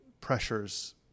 pressures